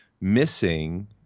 missing